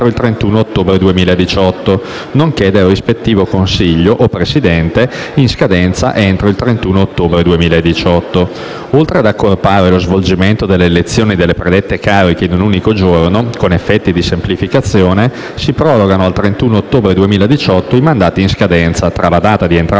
il 31 ottobre 2018,